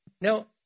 Now